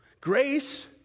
Grace